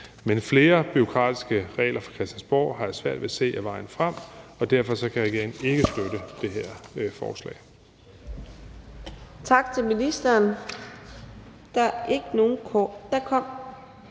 Men flere bureaukratiske regler fra Christiansborg har jeg svært ved at se er vejen frem, og derfor kan regeringen ikke støtte det her forslag.